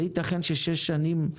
האם ייתכן שש שנים?